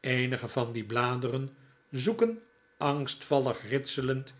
eenige van die bladeren zoeken angstvallig ritselend